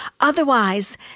Otherwise